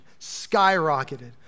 skyrocketed